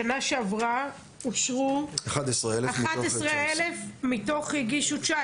בשנה שעברה אושרו 11 אלף מתוך 19 אלף שהגישו,